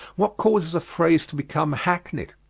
what causes a phrase to become hackneyed?